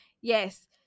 Yes